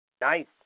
Nice